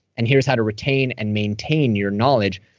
and here's how to retain and maintain your knowledge.